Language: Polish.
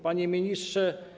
Panie Ministrze!